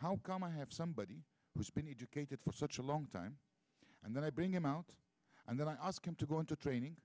how come i have somebody who's been ija catered for such a long time and then i bring him out and then i ask him to go into training